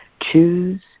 choose